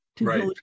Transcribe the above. right